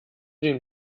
den